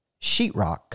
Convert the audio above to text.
sheetrock